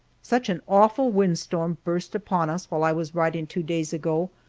such an awful wind storm burst upon us while i was writing two days ago,